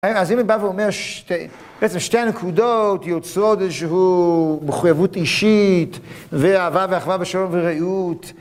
אז אם היא באה ואומר שתי, בעצם שתי הנקודות, יוצרות איזשהו מחויבות אישית ואהבה ואחווה ושלום ורעות